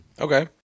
Okay